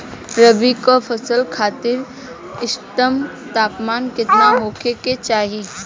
रबी क फसल खातिर इष्टतम तापमान केतना होखे के चाही?